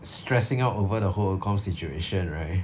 stressing out over the whole accoms situation right